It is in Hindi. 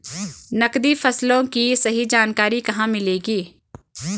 नकदी फसलों की सही जानकारी कहाँ मिलेगी?